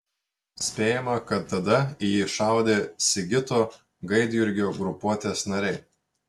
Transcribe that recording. spėjama kad tada į jį šaudė sigito gaidjurgio grupuotės nariai